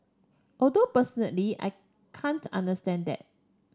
although personally I can't understand that